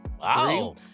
Wow